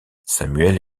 samuel